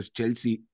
Chelsea